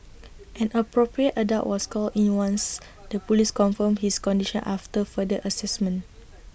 an appropriate adult was called in once the Police confirmed his condition after further Assessment